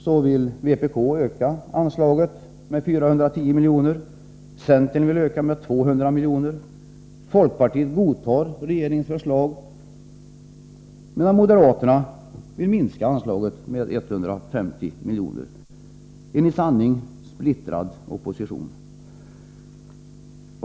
Detta anslag vill vpk öka med 410 milj.kr., centern med 200 milj.kr., folkpartiet godtar regeringens förslag, medan moderaterna vill minska anslaget med 150 milj.kr. — en i sanning splittrad opposition.